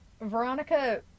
Veronica